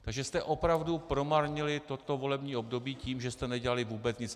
Takže jste opravdu promarnili toto volební období tím, že jste nedělali vůbec nic.